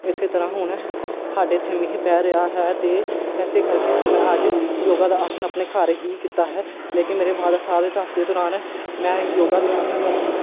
ਇਸੇ ਤਰ੍ਹਾਂ ਹੁਣ ਸਾਡੇ ਇਥੇ ਮੀਂਹ ਪੈ ਰਿਹਾ ਹੈ ਅਤੇ ਇਸੇ ਕਰਕੇ ਹੁਣ ਮੈਂ ਅੱਜ ਯੋਗਾ ਦਾ ਆਸਣ ਆਪਣੇ ਘਰ ਹੀ ਕੀਤਾ ਹੈ ਲੇਕਿਨ ਮੇਰੇ ਫਾਦਰ ਸਾਹਿਬ ਦੇ ਦੱਸਦੇ ਦੌਰਾਨ ਮੈਂ ਯੋਗਾ ਦੇ ਆਸਣ ਨੂੰ